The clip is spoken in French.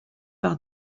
par